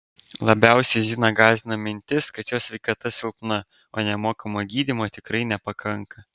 labiausiai ziną gąsdina mintis kad jos sveikata silpna o nemokamo gydymo tikrai nepakanka